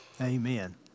Amen